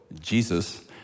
Jesus